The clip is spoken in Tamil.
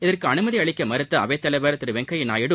இதற்கு அனுமதி அளிக்க மறுத்த அவைத்தலைவர் திரு வெங்கையா நாயுடு